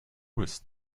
bist